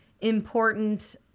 important